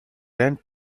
rent